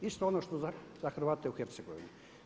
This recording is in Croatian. Isto ono što i za Hrvate u Hercegovini.